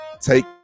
take